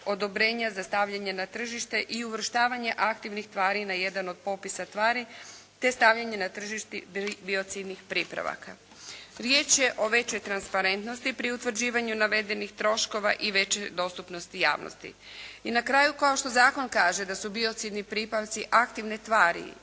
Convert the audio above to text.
za stavljanje na tržište i uvrštavanje aktivnih tvari na jedan od popisa tvari te stavljanje na tržište biocidnih pripravaka. Riječ je o većoj transparentnosti pri utvrđivanju navedenih troškova i većoj dostupnosti javnosti. I na kraju, kao što zakon kaže da su biocidni pripravci aktivne tvari